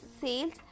sales